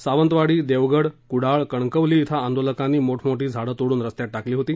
सावंतवाडी देवगड कुडाळ कणकवली श्रे आंदोलकांनी मोठमोठी झाडं तोडून स्स्त्यात टाकली होती